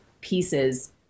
pieces